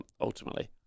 ultimately